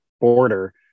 border